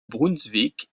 brunswick